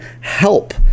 help